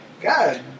God